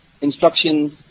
instructions